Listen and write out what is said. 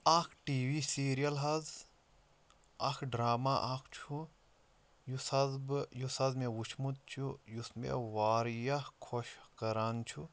اَکھ T V serial حظ اکھ ڈرٛاما اکھ چھُ یُس حظ بہٕ یُس حظ مےٚ وٕچھمُت چھُ یُس مےٚ واریاہ خۄش کَران چھُ